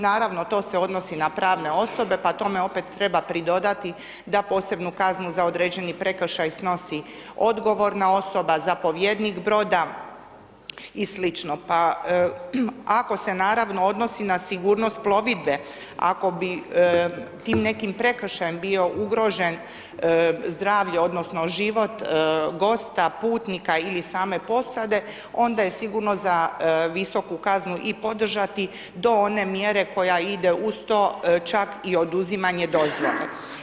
Naravno, to se odnosi na pravne osobe, pa tome opet treba pridodati da posebnu kaznu za određeni prekršaj snosi odgovorna osoba, zapovjednik broda i sl. pa ako se naravno, odnosi na sigurnost plovidbe, ako bi tim nekim prekršajem bio ugrožen zdravlje odnosno život gosta, putnika ili same posade, onda je sigurno za visoku kaznu i podržati, do one mjere koja ide uz to, čak i oduzimanje dozvole.